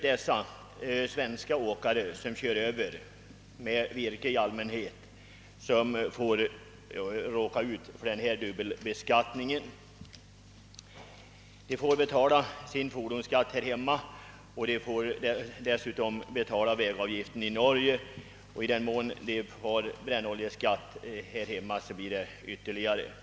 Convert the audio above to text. De åkare som kör över till Norge — i allmänhet med virke — råkar emellertid ut för denna dubbelbeskattning. De får betala sin fordonsskatt här hemma och dessutom betala vägavgiften i Norge; i den mån de erlägger brännoljeskatt här hemma blir det ytterligare en pålaga.